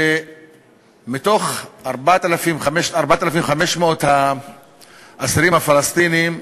ומתוך 4,500 האסירים הפלסטינים,